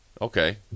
Okay